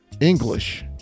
English